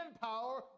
power